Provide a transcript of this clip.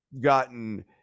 gotten